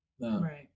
Right